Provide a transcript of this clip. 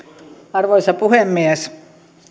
arvoisa puhemies